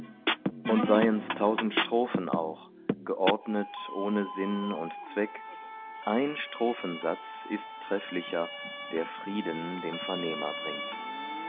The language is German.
und seien's tausend strophen auch geordnet ohne sinn und zweck ein strophensatz ist trefflicher der frieden dem vernehmer bringt